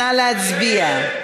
נא להצביע.